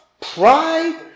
pride